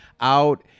Out